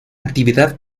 actividad